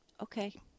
Okay